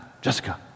Jessica